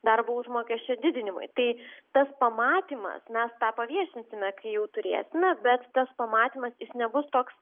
darbo užmokesčio didinimui tai tas pamatymas ne tą paviešinsime kai jau turėsime bet tas pamatymas jis nebus toks